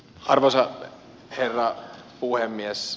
arvoisa herra puhemies